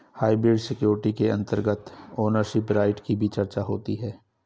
hybrid security के अंतर्गत ownership right की भी चर्चा होती है